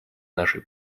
нашей